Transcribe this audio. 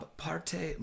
parte